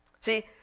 See